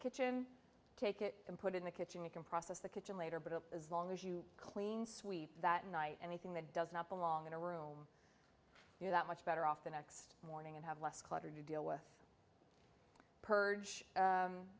kitchen take it and put in the kitchen you can process the kitchen later but as long as you clean sweep that night anything that does not belong in a room you that much better off the next have less clutter to deal with